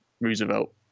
Roosevelt